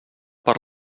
per